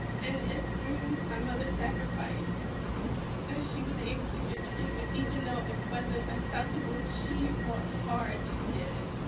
and it's through my mother's sacrifice that she was able to get treatment, even though it wasn't accessible, she fought hard to get it.